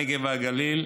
הנגב והגליל,